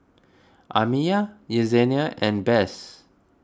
Amiya Yessenia and Bess